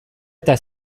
eta